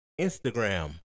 Instagram